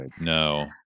no